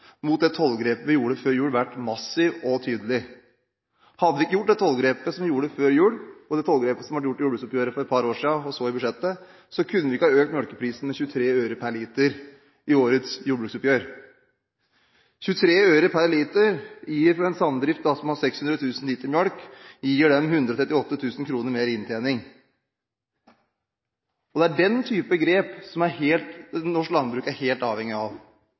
mot det tollgrepet vi gjorde før jul, massiv og tydelig. Hadde vi ikke gjort dette tollgrepet, og det tollgrepet som ble gjort i jordbruksoppgjøret for et par år siden, og så i budsjettet, kunne vi ikke ha økt melkeprisen med 23 øre per liter i årets jordbruksoppgjør. 23 øre per liter i en samdrift som har 600 000 liter melk, gir 138 000 kr mer i inntjening. Det er denne type grep som norsk landbruk er helt avhengig av.